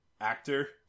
actor